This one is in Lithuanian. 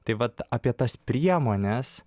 tai vat apie tas priemones